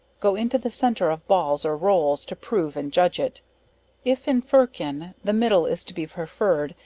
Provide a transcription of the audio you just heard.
go into the centre of balls or rolls to prove and judge it if in ferkin, the middle is to be preferred,